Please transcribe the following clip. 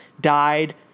died